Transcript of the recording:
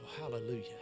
hallelujah